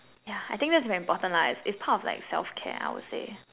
yeah I think that's very important lah it's part of like self care I would say